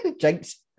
jinx